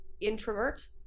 introvert